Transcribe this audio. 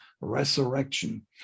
resurrection